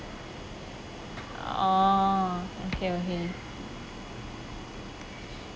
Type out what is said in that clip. oh okay okay